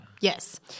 Yes